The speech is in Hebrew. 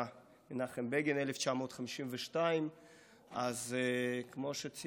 מנחם בגין, 1952. אז כמו שציינתי,